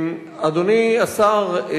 אדוני השר,